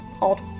odd